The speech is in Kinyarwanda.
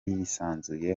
yisanzuye